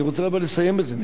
אני רוצה לסיים בזה,